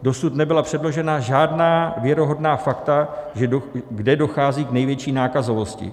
Dosud nebyla předložena žádná věrohodná fakta, kde dochází k největší nákazovosti.